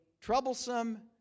troublesome